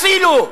הצילו.